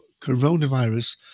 coronavirus